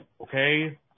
okay